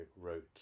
wrote